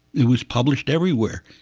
it was published everywhere.